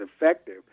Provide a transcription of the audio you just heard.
effective